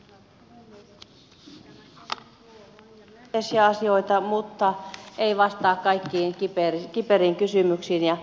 tämä kehys tuo monia myönteisiä asioita mutta ei vastaa kaikkiin kiperiin kysymyksiin